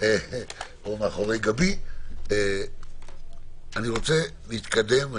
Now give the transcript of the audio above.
או מאחורי גבי "אני רוצה להתקדם".